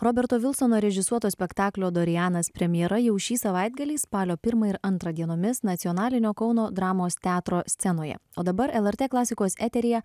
roberto vilsono režisuoto spektaklio dorianas premjera jau šį savaitgalį spalio pirmą ir antrą dienomis nacionalinio kauno dramos teatro scenoje o dabar lrt klasikos eteryje